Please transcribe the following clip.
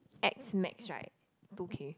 ex max right two K